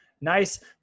Nice